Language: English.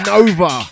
Nova